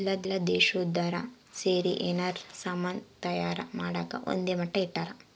ಎಲ್ಲ ದೇಶ್ದೊರ್ ಸೇರಿ ಯೆನಾರ ಸಾಮನ್ ತಯಾರ್ ಮಾಡಕ ಒಂದ್ ಮಟ್ಟ ಇಟ್ಟರ